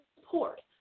support